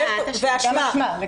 ואשמה.